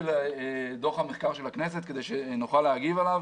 דוח המחקר של הכנסת כדי שנוכל להגיב עליו.